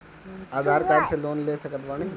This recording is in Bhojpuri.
आधार कार्ड से लोन ले सकत बणी?